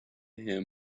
him